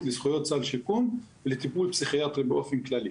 לזכויות סל שיקום ולטיפול פסיכיאטרי באופן כללי.